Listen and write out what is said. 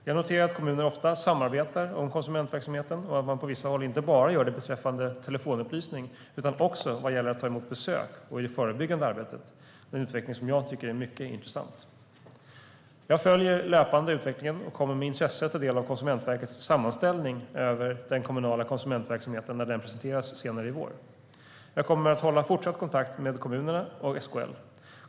Jag noterar att kommuner ofta samarbetar om konsumentverksamheten och att man på vissa håll inte bara gör det beträffande telefonupplysning utan också vad gäller att ta emot besök och i det förebyggande arbetet, en utveckling som jag tycker är mycket intressant. Jag följer löpande utvecklingen och kommer med intresse att ta del av Konsumentverkets sammanställning över den kommunala konsumentverksamheten när den presenteras senare i vår. Jag kommer att hålla fortsatt kontakt med kommunerna och SKL.